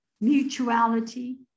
mutuality